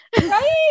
right